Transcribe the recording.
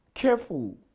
Careful